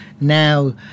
now